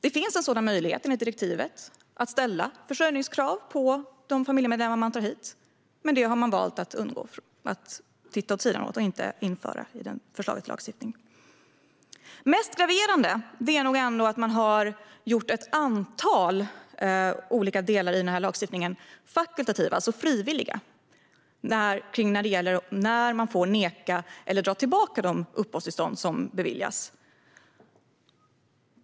Det finns enligt direktivet en möjlighet att ställa försörjningskrav på de familjemedlemmar personen tar hit. Men man har valt att titta åt sidan och inte införa dessa krav i förslaget till lagstiftning. Mest graverande är nog ändå att man har gjort ett antal olika delar i den här lagstiftningen fakultativa, det vill säga frivilliga. Det handlar om när man får neka uppehållstillstånd eller dra tillbaka de uppehållstillstånd som beviljats.